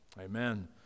Amen